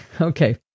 okay